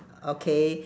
okay